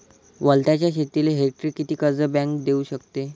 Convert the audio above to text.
वलताच्या शेतीले हेक्टरी किती कर्ज बँक देऊ शकते?